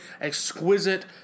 exquisite